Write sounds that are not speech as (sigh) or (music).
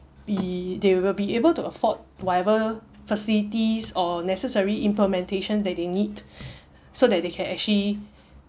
be they will be able to afford whatever facilities or necessary implementation that they need (breath) so that they can actually